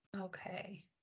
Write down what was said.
Okay